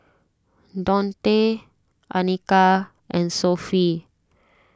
Daunte Anika and Sophie